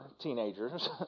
teenagers